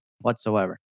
whatsoever